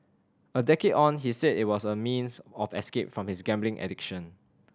a decade on he said it was a means of escape from his gambling addiction